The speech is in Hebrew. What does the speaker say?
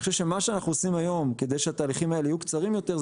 אני חושב שמה שאנחנו עושים היום כדי שהתהליכים יהיו קצרים יותר,